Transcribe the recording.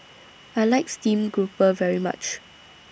I like Steamed Grouper very much